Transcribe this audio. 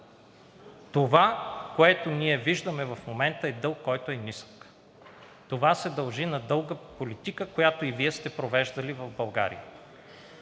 Това, което ние виждаме в момента, е дълг, който е нисък. Това се дължи на дълга политика, която и Вие сте провеждали в България.